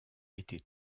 été